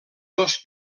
dos